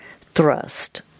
thrust